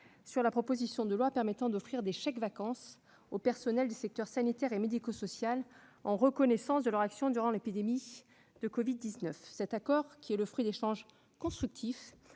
sur la proposition de loi permettant d'offrir des chèques-vacances aux personnels des secteurs sanitaire et médico-social en reconnaissance de leur action durant l'épidémie de covid-19. Cet accord, qui est le fruit d'échanges constructifs